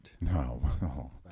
No